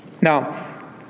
Now